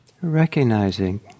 recognizing